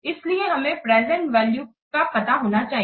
इसलिए हमें present value का पता होना चाहिए